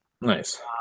Nice